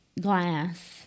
glass